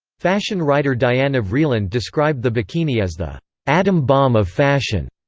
fashion writer diana vreeland described the bikini as the atom bomb of fashion.